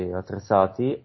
attrezzati